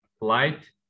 light